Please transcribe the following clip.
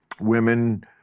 women